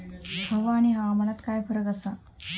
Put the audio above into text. हवा आणि हवामानात काय फरक असा?